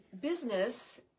business